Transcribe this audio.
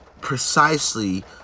precisely